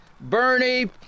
Bernie